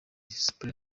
sup